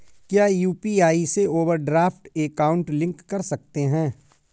क्या यू.पी.आई से overdraft account link कर सकते हैं?